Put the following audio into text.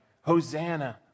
Hosanna